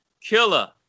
Killer